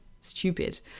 stupid